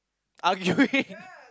arguing